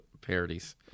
parodies